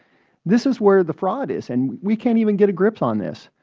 this is where the fraud is, and we can't even get a grip on this.